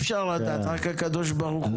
מיכאל מרדכי ביטון (יו"ר ועדת הכלכלה): רק הקדוש ברוך הוא